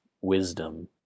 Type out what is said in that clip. wisdom